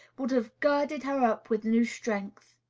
would have girded her up with new strength.